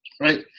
right